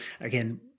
Again